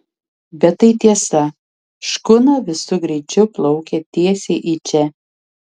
bet tai tiesa škuna visu greičiu plaukia tiesiai į čia